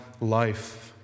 life